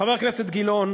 חבר הכנסת גילאון,